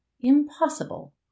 Impossible